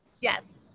Yes